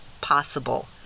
possible